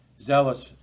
Zealous